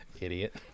Idiot